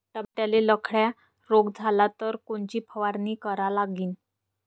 टमाट्याले लखड्या रोग झाला तर कोनची फवारणी करा लागीन?